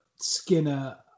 Skinner